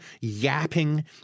yapping